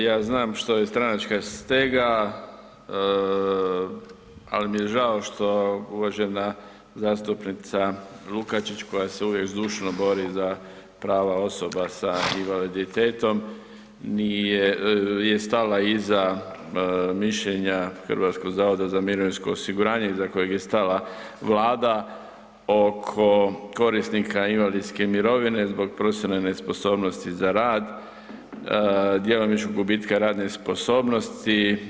Ja znam što je stranačka stega, ali mi je žao što uvažena zastupnica Lukačić koja se uvijek zdušno bori za prava osoba sa invaliditetom nije, je stala iza mišljenja HZMO-a iza kojeg je stala Vlada oko korisnika invalidske mirovine zbog profesionalne nesposobnosti za rad, djelomičnog gubitka radne sposobnosti.